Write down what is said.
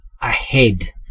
ahead